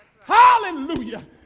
Hallelujah